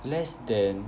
less than